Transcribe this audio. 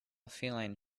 feline